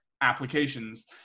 applications